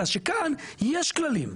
אלא שכאן יש כללים,